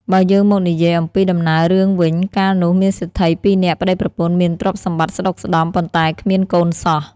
បើយើងមកនិយាអំពីដំណើររឿងវិញ កាលនោះមានសេដ្ឋីពីរនាក់ប្តីប្រពន្ធមានទ្រព្យសម្បត្តិស្តុកស្តម្ភ ប៉ុន្តែគ្មានកូនសោះ។